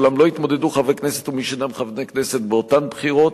אולם לא יתמודדו חברי כנסת ומי שאינם חברי הכנסת באותן בחירות,